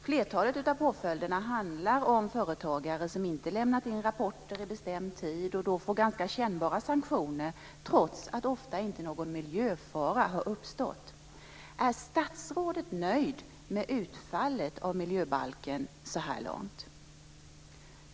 Flertalet av påföljderna handlar om företagare som inte lämnat in rapporter i tid och som då får ganska kännbara sanktioner, trots att ofta inte någon miljöfara har uppstått. Är statsrådet nöjd med utfallet av miljöbalken så här långt?